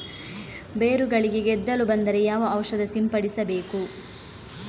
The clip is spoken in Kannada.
ಬೇರುಗಳಿಗೆ ಗೆದ್ದಲು ಬಂದರೆ ಯಾವ ಔಷಧ ಸಿಂಪಡಿಸಬೇಕು?